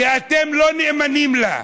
כי אתם לא נאמנים לה.